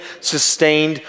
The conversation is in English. sustained